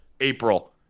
April